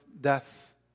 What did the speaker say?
death